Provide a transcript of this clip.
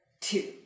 two